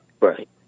Right